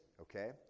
okay